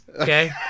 Okay